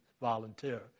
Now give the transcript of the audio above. volunteer